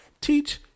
teach